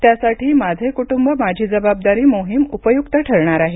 त्यासाठी माझे क्टुंब माझी जबाबदारी मोहीम उपयुक्त ठरणार आहे